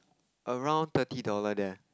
around thirty dollar there